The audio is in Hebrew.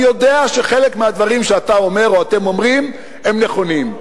אני יודע שחלק מהדברים שאתה אומר או אתם אומרים הם נכונים,